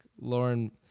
Lauren